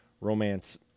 romance